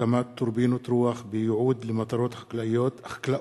הקמת טורבינות רוח בייעוד למטרות חקלאות,